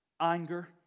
Anger